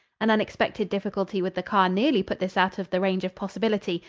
an unexpected difficulty with the car nearly put this out of the range of possibility,